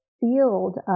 field